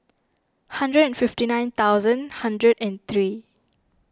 hundred and fifty nine thousand hundred and three